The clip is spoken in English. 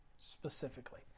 specifically